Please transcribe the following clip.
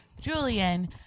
Julian